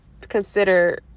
consider